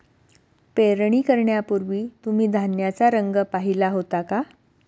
पेरणी करण्यापूर्वी तुम्ही धान्याचा रंग पाहीला होता का?